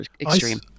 extreme